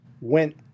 went